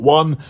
one